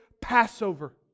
Passover